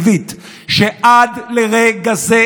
וכן תהליכים חיוביים שאירעו בגוף בראייה רב-שנתית.